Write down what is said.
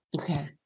Okay